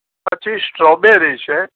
પછી strawberry છે